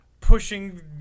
pushing